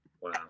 Wow